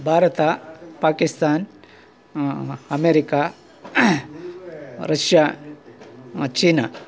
Bharat Pakistan America Russia China